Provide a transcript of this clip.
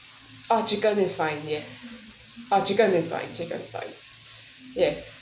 uh chicken is fine yes uh chicken is fine chicken is fine yes